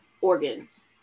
organs